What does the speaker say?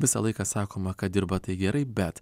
visą laiką sakoma kad dirba tai gerai bet